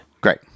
Great